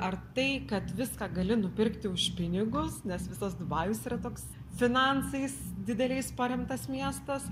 ar tai kad viską gali nupirkti už pinigus nes visas dubajus yra toks finansais dideliais paremtas miestas